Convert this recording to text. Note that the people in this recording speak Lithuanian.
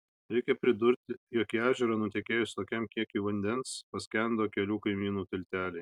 reikia pridurti jog į ežerą nutekėjus tokiam kiekiui vandens paskendo kelių kaimynų tilteliai